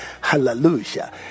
Hallelujah